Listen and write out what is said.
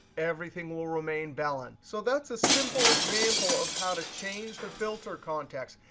everything will remain bellen. so that's a simple example of how to change the filter context.